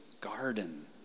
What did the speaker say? garden